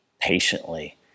patiently